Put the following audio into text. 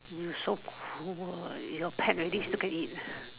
you so cruel your pet already still can eat